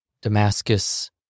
Damascus